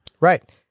Right